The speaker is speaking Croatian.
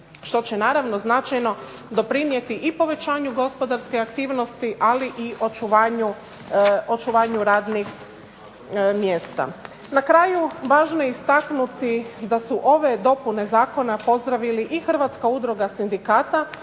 što će naravno značajno doprinijeti i povećanju gospodarske aktivnosti, ali i očuvanju radnih mjesta. Na kraju važno je istaknuti da su ove dopune zakona pozdravili i Hrvatska udruga sindikata,